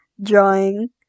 drawing